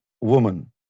woman